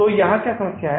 तो यहाँ क्या समस्या है